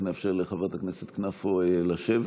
רק נאפשר לחברת הכנסת כנפו לשבת,